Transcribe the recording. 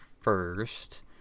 first